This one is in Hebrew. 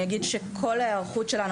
אני אגיד שכל ההערכות שלנו,